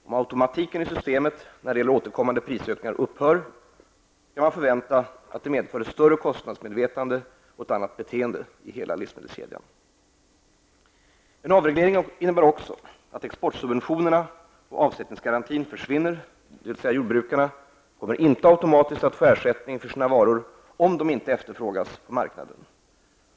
Om automatiken i systemet när det gäller återkommande prisökningar upphör, kan det förväntas medföra ett större kostnadsmedvetande och ett annat beteende i hela livsmedelskedjan. En avreglering innebär också att exportsubventionerna och avsättningsgarantin försvinner, dvs. jordbrukarna kommer inte automatiskt att få avsättning för sina varor om de inte efterfrågas på marknaden.